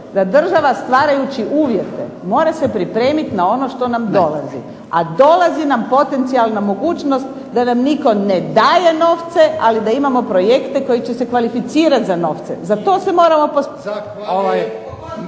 da država stvarajući uvjete mora se pripremit na ono što nam dolazi, a dolazi nam potencijalna mogućnost da nam nitko ne daje novce, ali da imamo projekte koji će se kvalificirat za novce. Za to se moramo…